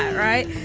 right.